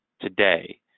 today